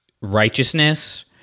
righteousness